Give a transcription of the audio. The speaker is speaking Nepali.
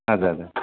हवस् हवस्